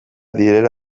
direla